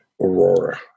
aurora